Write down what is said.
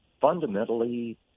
fundamentally